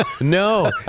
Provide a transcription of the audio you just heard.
No